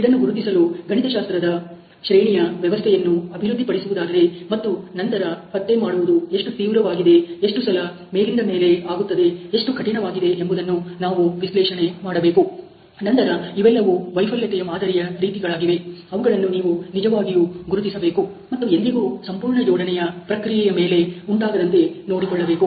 ಇದನ್ನು ಗುರುತಿಸಲು ಗಣಿತಶಾಸ್ತ್ರದ ಶ್ರೇಣಿಯ ವ್ಯವಸ್ಥೆಯನ್ನು ಅಭಿವೃದ್ಧಿಪಡಿಸುವುದಾದರೆ ಮತ್ತು ನಂತರ ಪತ್ತೆ ಮಾಡುವುದು ಎಷ್ಟು ತೀವ್ರವಾಗಿದೆ ಎಷ್ಟು ಸಲ ಮೇಲಿಂದ ಮೇಲೆ ಆಗುತ್ತದೆ ಎಷ್ಟು ಕಠಿಣವಾಗಿದೆ ಎಂಬುದನ್ನು ನಾವು ವಿಶ್ಲೇಷಣೆ ಮಾಡಬೇಕು ನಂತರ ಇವೆಲ್ಲವೂ ವೈಫಲ್ಯತೆಯ ಮಾದರಿಯ ರೀತಿಗಳಾಗಿವೆ ಅವುಗಳನ್ನು ನೀವು ನಿಜವಾಗಿಯೂ ಗುರುತಿಸಬೇಕು ಮತ್ತು ಎಂದಿಗೂ ಸಂಪೂರ್ಣ ಜೋಡಣೆಯ ಪ್ರಕ್ರಿಯೆಯ ಮೇಲೆ ಉಂಟಾಗದಂತೆ ನೋಡಿಕೊಳ್ಳಬೇಕು